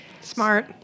smart